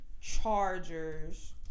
Chargers